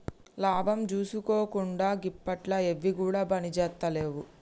లాభం జూసుకోకుండ గిప్పట్ల ఎవ్విగుడ పనిజేత్తలేవు